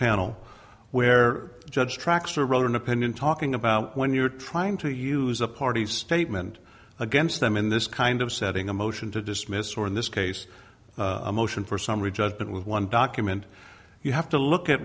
panel where judge tracks or rather an opinion talking about when you're trying to use a party statement against them in this kind of setting a motion to dismiss or in this case a motion for summary judgment with one document you have to look at